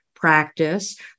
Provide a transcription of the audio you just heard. practice